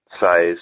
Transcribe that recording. size